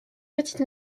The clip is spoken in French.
petite